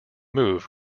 move